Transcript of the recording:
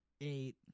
Eight